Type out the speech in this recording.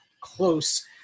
close